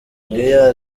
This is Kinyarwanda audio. gea